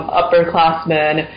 upperclassmen